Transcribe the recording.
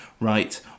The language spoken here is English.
right